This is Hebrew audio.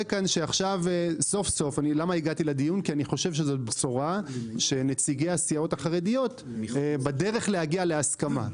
אני חושב שזאת בשורה שנציגי הסיעות החרדיות בדרך להגיע להסכמה.